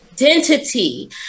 Identity